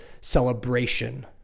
celebration